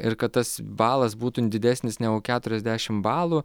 ir kad tas balas būtų didesnis negu keturiasdešimt balų